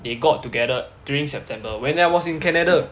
they got together during september when I was in Canada